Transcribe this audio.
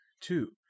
Two